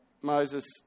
Moses